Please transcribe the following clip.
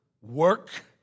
work